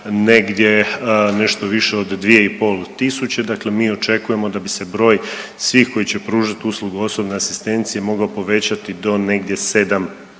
negdje nešto više od 2.500 dakle mi očekujemo da bi se broj svih koji će pružati uslugu osobne asistencije mogao povećati do negdje 7.000